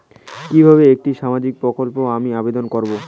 কিভাবে একটি সামাজিক প্রকল্পে আমি আবেদন করব?